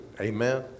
Amen